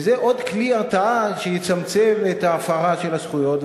וזה עוד כלי הרתעה שיצמצם את ההפרה של הזכויות.